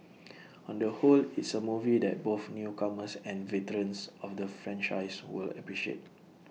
on the whole it's A movie that both newcomers and veterans of the franchise will appreciate